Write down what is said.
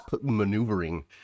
maneuvering